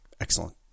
Excellent